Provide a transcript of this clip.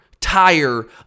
tire